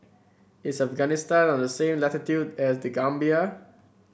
is Afghanistan on the same latitude as The Gambia